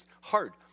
hard